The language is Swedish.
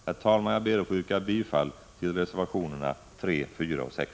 Herr talman! Jag ber att få yrka bifall till reservationerna 3, 4 och 6.